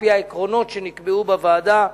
על-פי העקרונות שנקבעו בוועדה,